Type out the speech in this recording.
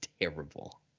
terrible